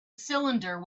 cylinder